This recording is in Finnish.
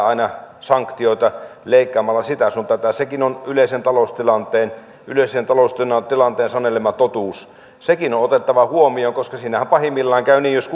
aina sanktioita leikkaamalla sitä sun tätä sekin on yleisen taloustilanteen yleisen taloustilanteen sanelema totuus sekin on on otettava huomioon koska siinähän pahimmillaan käy niin että jos